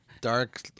dark